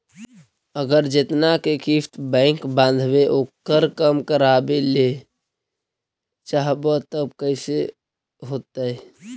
अगर जेतना के किस्त बैक बाँधबे ओकर कम करावे ल चाहबै तब कैसे होतै?